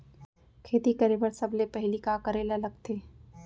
खेती करे बर सबले पहिली का करे ला लगथे?